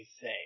say